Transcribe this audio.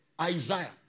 Isaiah